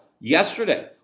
yesterday